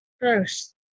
Gross